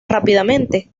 rápidamente